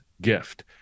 Gift